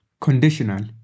Conditional